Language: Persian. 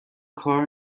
کار